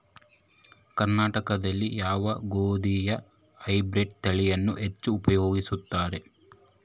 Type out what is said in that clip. ಕರ್ನಾಟಕದಲ್ಲಿ ಯಾವ ಗೋಧಿಯ ಹೈಬ್ರಿಡ್ ತಳಿಯನ್ನು ಹೆಚ್ಚು ಉಪಯೋಗಿಸುತ್ತಾರೆ?